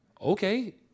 Okay